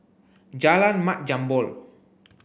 Jalan Mat Jambol